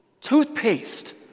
toothpaste